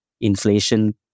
inflation